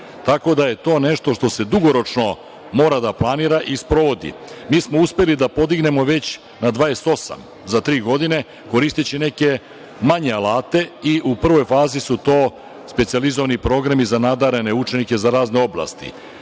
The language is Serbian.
Tako da je to nešto što se dugoročno mora da planira i sprovodi. Mi smo uspeli da podignemo već na 28 za tri godine koristeći neke manje alate i u prvoj fazi su to specijalizovani programi za nadarene učenike za razne oblasti.